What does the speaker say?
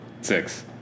Six